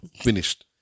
Finished